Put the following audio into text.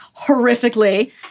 horrifically